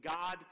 God